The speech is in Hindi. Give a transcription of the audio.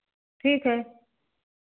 ठीक है